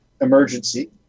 Emergency